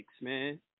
man